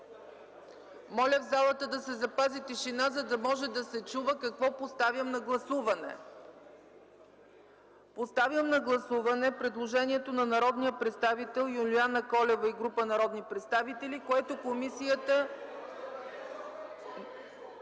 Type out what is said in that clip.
Моля в залата да се запази тишина, за да може да се чува какво поставям на гласуване! Поставям на гласуване предложението на народния представител Юлиана Колева и група народни представители, което комисията...